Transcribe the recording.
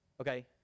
okay